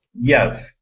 Yes